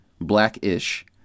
Black-ish